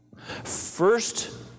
First